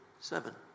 seven